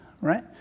right